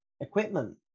equipment